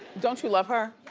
don't you love her?